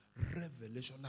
revelational